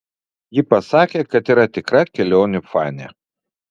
ji pasakė kad yra tikra kelionių fanė